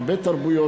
הרבה תרבויות,